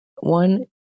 one